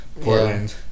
Portland